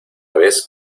vez